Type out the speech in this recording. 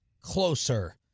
closer